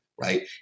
right